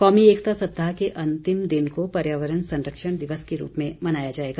कौमी एकता सप्ताह के अंतिम दिन को पर्यावरण संरक्षण दिवस के रूप में मनाया जाएगा